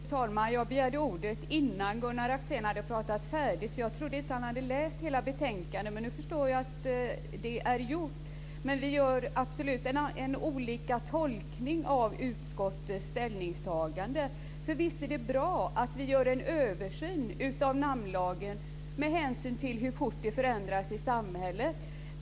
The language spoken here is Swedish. Fru talman! Jag begärde ordet innan Gunnar Axén hade talat färdigt, för jag trodde att han inte hade läst hela betänkandet. Men jag förstår att det är gjort. Vi gör absolut olika tolkningar av utskottets ställningstagande. Visst är det bra att vi gör en översyn av namnlagen med hänsyn till hur fort det förändras i samhället.